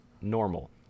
normal